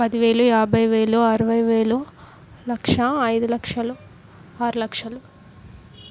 పదివేలు యాభైవేలు ఆరవైవేలు లక్షా ఐదులక్షలు ఆరులక్షలు